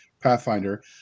Pathfinder